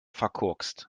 verkorkst